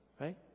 right